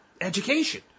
education